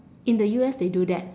in the U_S they do that